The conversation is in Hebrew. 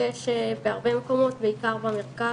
יש בהרבה מקומות בעיקר במרכז,